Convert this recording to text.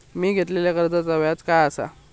मी घेतलाल्या कर्जाचा व्याज काय आसा?